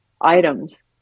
items